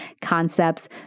concepts